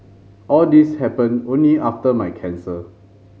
all these happened only after my cancer